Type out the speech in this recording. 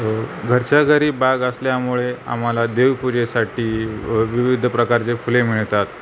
घरच्या घरी बाग असल्यामुळे आम्हाला देवपूजेसाठी विविध प्रकारचे फुले मिळतात